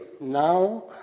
now